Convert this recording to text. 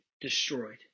destroyed